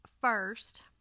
first